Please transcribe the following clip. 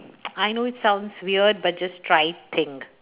I know it sounds weird but just try thing